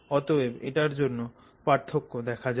অতএব এটার জন্য একটা পার্থক্য দেখা যায়